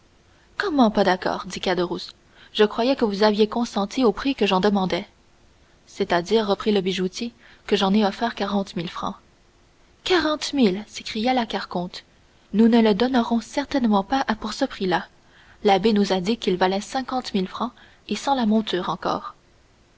comment pas d'accord dit caderousse je croyais que vous aviez consenti au prix que j'en demandais c'est-à-dire reprit le bijoutier que j'en ai offert quarante mille francs quarante mille s'écria la carconte nous ne le donnerons certainement pas pour ce prix-là l'abbé nous a dit qu'il valait cinquante mille francs et sans la monture encore